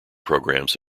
programs